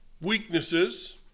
weaknesses